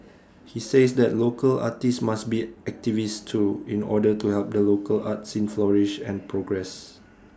he says that local artists must be activists too in order to help the local art scene flourish and progress